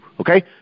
Okay